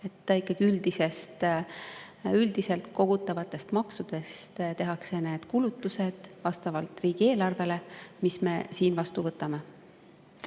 Üldiselt kogutavatest maksudest tehakse need kulutused vastavalt riigieelarvele, mis me siin vastu võtame.